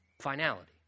finality